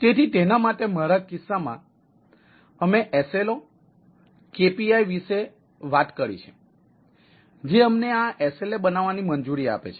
તેથી તેના માટે મારા કિસ્સામાં અમે SLO KPI વગેરે વિશે વાત કરી છે જે અમને આ SLA બનાવવાની મંજૂરી આપે છે